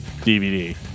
DVD